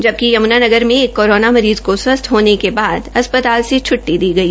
जबकि यमुनानगर में एक कोरोना मरीज को स्वस्थ होने के बाद अस्पताल से छुट्टी दी गई